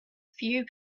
few